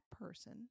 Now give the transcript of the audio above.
person